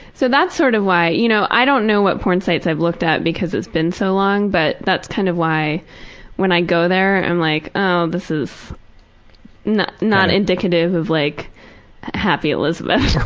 so that's sort of why you know i don't know what porn sites i've looked at because it's been so long, but that's kind of why when i go there, i'm like, oh, this is not not indicative of like how happy it was last